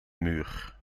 muur